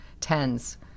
tens